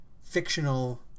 fictional